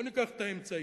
בוא ניקח את האמצעי: